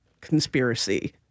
conspiracy